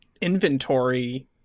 inventory